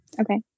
Okay